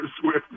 Swift